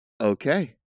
Okay